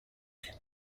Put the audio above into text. can